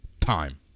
time